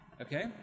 Okay